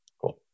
cool